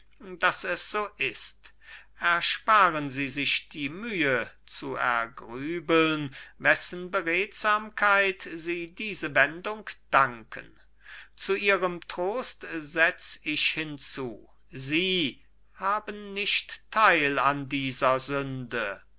daß es so ist ersparen sie sich die mühe zu ergrübeln wessen beredsamkeit sie diese wendung danken zu ihrem trost setz ich hinzu sie haben nicht teil an dieser sünde